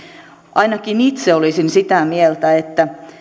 ainakin itse olisin sitä mieltä että